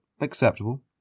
acceptable